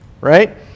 right